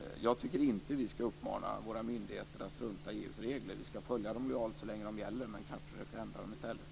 Jag tycker dock inte att vi skall uppmana våra myndigheter att strunta i EU:s regler. Vi skall följa dem lojalt så länge de gäller men kan också försöka ändra dem.